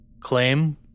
claim